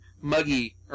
muggy